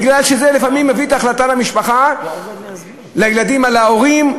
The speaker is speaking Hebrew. כי לפעמים זה מביא להחלטה במשפחה: לילדים על ההורים,